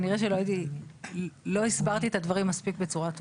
לא, לא, לא.